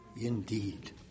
Indeed